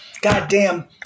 goddamn